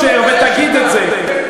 ביושר ותגיד את זה.